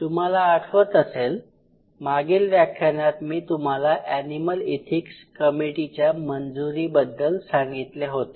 तुम्हाला आठवत असेल मागील व्याख्यानात मी तुम्हाला एनिमल इथिक्स कमिटीच्या मंजुरीबद्दल सांगितले होते